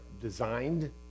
designed